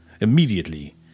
immediately